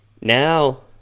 Now